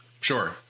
Sure